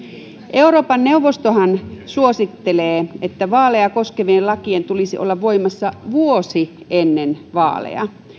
euroopan neuvostohan suosittelee että vaaleja koskevien lakien tulisi olla voimassa vuosi ennen vaaleja